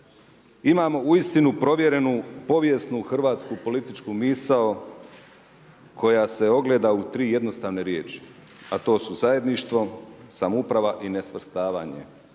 Imamo uistinu provjerenu povijesnu hrvatsku političku misao koja se ogleda u 3 jednostavne riječi. A to su zajedništvo, samouprava i nesvrstavanje.